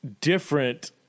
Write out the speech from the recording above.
different